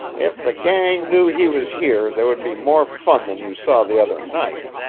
if the gang knew he was here there would be more fun than you saw the other night.